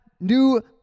new